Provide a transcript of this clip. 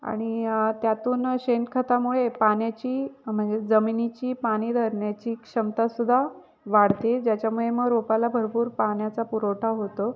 आणि त्यातून शेणखतामुळे पाण्याची म्हणजे जमिनीची पाणी धरण्याची क्षमतासुद्धा वाढते ज्याच्यामुळे मग रोपाला भरपूर पाण्याचा पुरवठा होतो